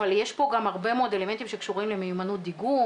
אבל יש פה גם הרבה מאוד אלמנטים שקשורים למיומנות דיגום.